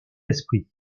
esprit